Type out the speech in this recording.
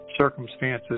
circumstances